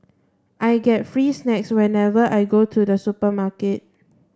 I get free snacks whenever I go to the supermarket